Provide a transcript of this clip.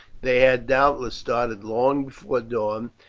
they had, doubtless, started long before dawn,